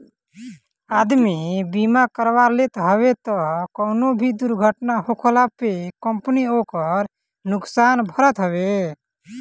आदमी बीमा करवा लेत हवे तअ कवनो भी दुर्घटना होखला पे कंपनी ओकर नुकसान भरत हवे